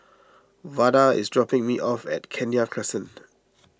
Vada is dropping me off at Kenya Crescent